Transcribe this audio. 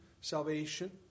salvation